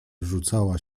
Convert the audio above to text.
rzucała